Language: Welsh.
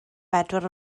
bedwar